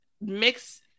mix